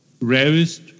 rarest